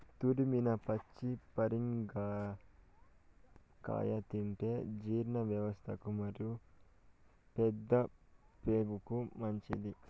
తురిమిన పచ్చి పరింగర కాయ తింటే జీర్ణవ్యవస్థకు మరియు పెద్దప్రేగుకు మంచిది